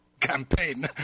campaign